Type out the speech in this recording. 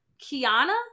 Kiana